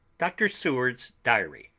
dr. seward's diary.